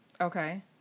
Okay